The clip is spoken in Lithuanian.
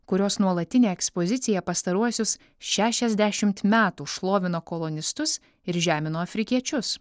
kurios nuolatinę ekspoziciją pastaruosius šešiasdešimt metų šlovino kolonistus ir žemino afrikiečius